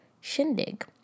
shindig